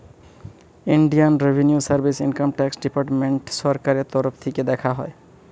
Indian revenue service income tax department সরকারের তরফ থিকে দেখা হয়